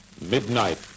midnight